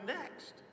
next